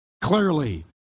Clearly